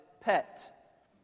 pet